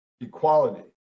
equality